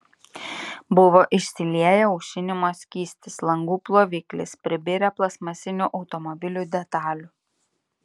buvo išsilieję aušinimo skystis langų ploviklis pribirę plastmasinių automobilių detalių